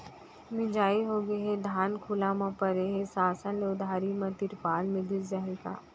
मिंजाई होगे हे, धान खुला म परे हे, शासन ले उधारी म तिरपाल मिलिस जाही का?